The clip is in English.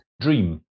dream